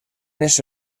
ese